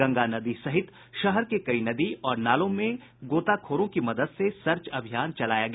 गंगा नदी सहित शहर के कई नदी और नालों में गोताखोरों की मदद से सर्च अभियान चलाया गया